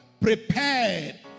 Prepared